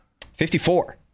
54